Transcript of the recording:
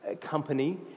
company